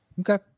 Okay